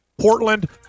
Portland